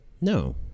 no